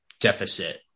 deficit